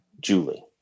Julie